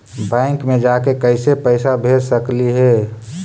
Bank मे जाके कैसे पैसा भेज सकली हे?